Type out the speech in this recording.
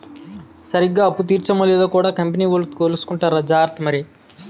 సరిగ్గా అప్పు తీర్చేమో లేదో కూడా కంపెనీ వోలు కొలుసుకుంటార్రా జార్త మరి